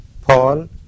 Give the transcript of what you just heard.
Paul